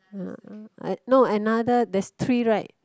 uh no another there's three right